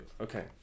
okay